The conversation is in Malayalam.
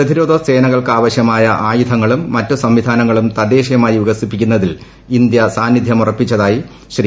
പ്രതിരോധ സേനകൾക്കാവശ്യമായ ആയുധങ്ങളും മറ്റ് സംവിധാനങ്ങളും തദ്ദേശീയമായി വികസിപ്പിക്കുന്നതിൽ ഇന്ത്യ സാന്നിധ്യമുറപ്പിച്ചതായി ശ്രീ